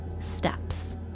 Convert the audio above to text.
steps